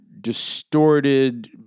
distorted